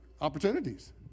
opportunities